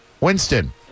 Winston